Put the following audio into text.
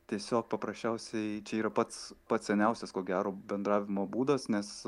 tiesiog paprasčiausiai čia yra pats pats seniausias ko gero bendravimo būdas nes